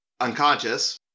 unconscious